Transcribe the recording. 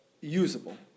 usable